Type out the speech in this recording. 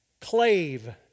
Clave